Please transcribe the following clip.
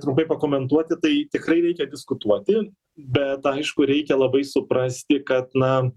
trumpai pakomentuoti tai tikrai reikia diskutuoti bet aišku reikia labai suprasti kad na